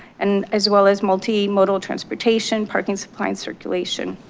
and as well as multimodal transportation, parking supply and circulation,